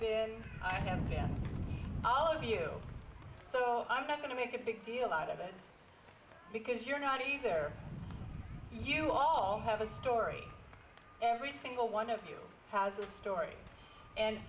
been i have all of you so i'm not going to make a big deal out of it because you're not either you all have a story every single one of you has a story and